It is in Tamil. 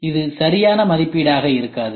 இது சரியான மதிப்பீடாக இருக்காது